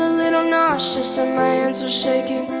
little nauseous and my hands are shaking